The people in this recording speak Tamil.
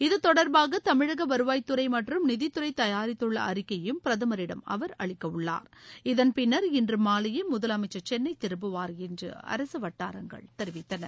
இது தொடர்பாக தமிழக வருவாய்த்துறை மற்றும் நிதித்துறை தயாரித்துள்ள அறிக்கையையும் பிரதமரிடம் அவர் அளிக்க உள்ளார் இதள் பின்னர் இன்று மாலையே முதலமைச்சர் சென்னை திரும்புவார் என்று அரசு வட்டாரங்கள் தெரிவித்தன